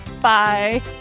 Bye